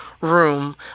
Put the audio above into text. room